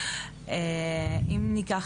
אנחנו נתקלנו בהמון המון מקרים,